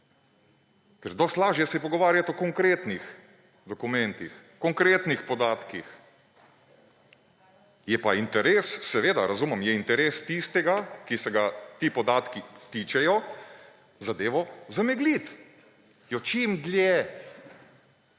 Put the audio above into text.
ker dosti lažje se je pogovarjati o konkretnih dokumentih, konkretnih podatkih. Je pa interes, seveda razumem, je interes tistega, ki se ga ti podatki tičejo, zadevo zamegliti, jo čim dlje